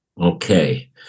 Okay